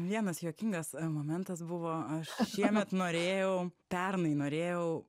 vienas juokingas momentas buvo aš šiemet norėjau pernai norėjau